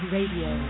Radio